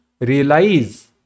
realize